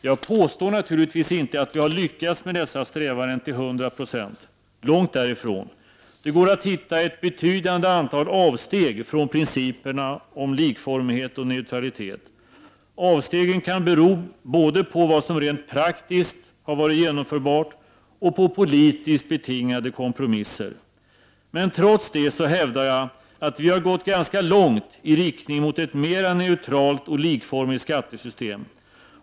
Jag påstår naturligtvis inte att vi har lyckats med dessa strävanden till hundra procent, långt därifrån. Det går att hitta ett betydande antal avsteg från principerna om likformighet och neutralitet. Avstegen kan bero både på vad som rent praktiskt har varit genomförbart och på politiskt betingade kompromisser. Men trots det hävdar jag att vi har gått ganska långt i riktning mot ett mera neutralt och likformigt skattesystem.